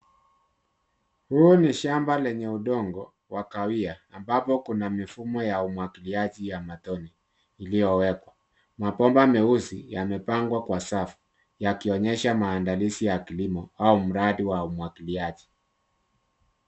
Huu ni shamba lenye udongo wa kahawia ambapo kuna mifumo ya umwagiliaji ya matone iliyowekwa. Mabomba meusi yamepangwa kwa safu yakionyesha maandilizi ya kilimo au mradi wa umwagiliaji.